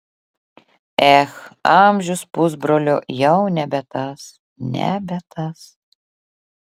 ech amžius pusbrolio jau nebe tas nebe tas